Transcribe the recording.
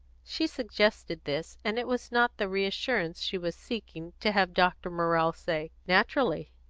she suggested this, and it was not the reassurance she was seeking to have dr. morrell say, naturally.